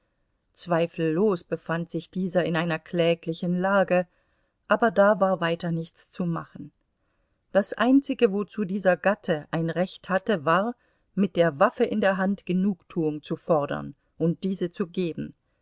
zweifellos befand sich dieser in einer kläglichen lage aber da war weiter nichts zu machen das einzige wozu dieser gatte ein recht hatte war mit der waffe in der hand genugtuung zu fordern und diese zu geben